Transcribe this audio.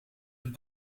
het